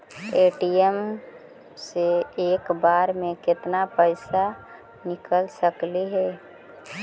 ATM से एक बार मे केत्ना पैसा निकल सकली हे?